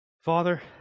Father